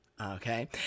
Okay